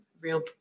real